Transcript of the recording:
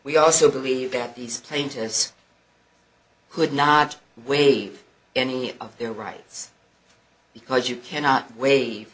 we also believe that these plaintiffs could not waive any of their rights because you cannot wave